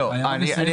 אתה